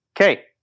okay